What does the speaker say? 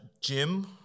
Jim